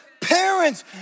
parents